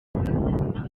however